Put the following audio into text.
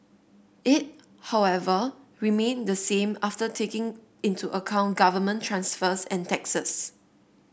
it however remained the same after taking into account government transfers and taxes